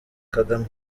kagame